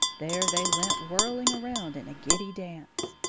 there they went whirling around in a giddy dance.